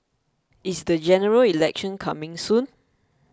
is the General Election coming soon